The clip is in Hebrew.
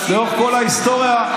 לאורך כל ההיסטוריה,